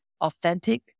authentic